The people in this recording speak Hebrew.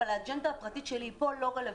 אבל האג'נדה הפרטית שלי פה לא רלוונטית.